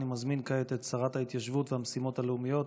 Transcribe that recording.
אני מזמין כעת את שרת ההתיישבות והמשימות הלאומיות